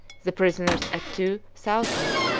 the prisoners at two, thousand,